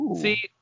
See